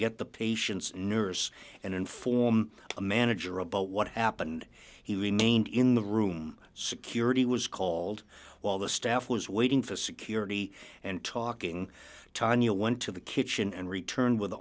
get the patients and nurse and inform the manager about what happened he remained in the room security was called while the staff was waiting for security and talking to tanya went to the kitchen and returned with